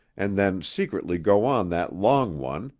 and then secretly go on that long one,